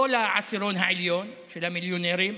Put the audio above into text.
לא לעשירון העליון, של המיליונרים,